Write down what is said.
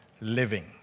living